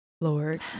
Lord